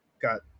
got –